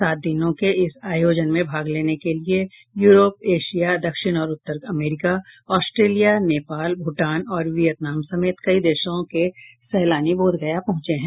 सात दिनों के इस आयोजन में भाग लेने के लिये यूरोप एशिया दक्षिण और उत्तर अमेरिका आस्ट्रलिया नेपाल भूटान और वियतनाम समेत कई देशों के सैलानी बोधगया पहुंचे हैं